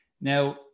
Now